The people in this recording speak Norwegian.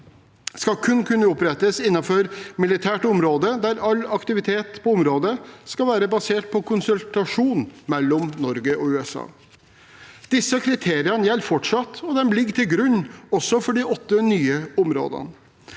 skal kun kunne opprettes innenfor militære områder der all aktivitet på området skal være basert på konsultasjon mellom Norge og USA. Disse kriteriene gjelder fortsatt, og de ligger til grunn også for de åtte nye områdene.